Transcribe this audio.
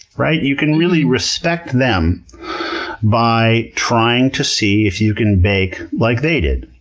right? you can really respect them by trying to see if you can bake like they did,